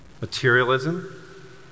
materialism